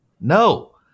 No